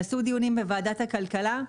נעשו דיונים בוועדת הכלכלה,